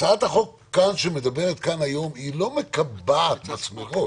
הצעת החוק שמדברת כאן היום היא לא מקבעת במסמרות,